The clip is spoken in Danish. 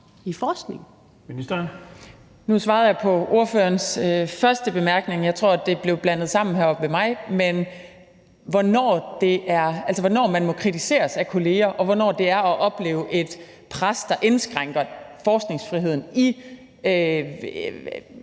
Nu svarede jeg på ordførerens første bemærkning. Jeg tror, det blev blandet sammen heroppe ved mig, altså hvornår man må kritiseres af kolleger, og hvornår det er at opleve et pres, der indskrænker forskningsfriheden i